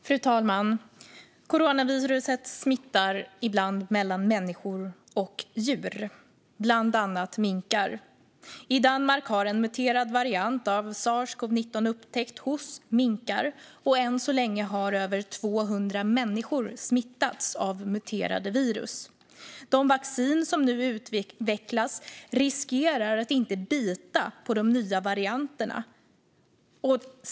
Fru talman! Coronaviruset smittar ibland mellan människor och djur, bland annat minkar. I Danmark har en muterad variant av sars-covid-19 upptäckts hos minkar. Än så länge har över 200 människor smittats av muterade virus. De vaccin som nu utvecklas riskerar att inte bita på de nya varianterna.